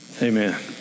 Amen